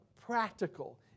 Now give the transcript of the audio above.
practical